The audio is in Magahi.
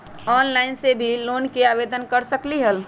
ऑनलाइन से भी लोन के आवेदन कर सकलीहल?